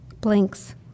blinks